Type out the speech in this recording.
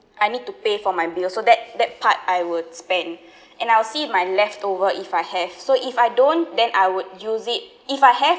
I need to pay for my bills so that that part I would spend and I'll see my leftover if I have so if I don't then I would use it if I have